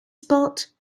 spot